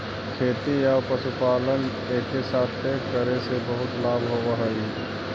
खेती आउ पशुपालन एके साथे करे से बहुत लाभ होब हई